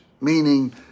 Meaning